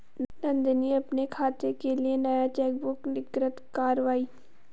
नंदनी अपने खाते के लिए नया चेकबुक निर्गत कारवाई